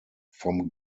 vom